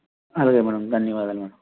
అలాగే మేడం ధన్యవాదాలు మేడం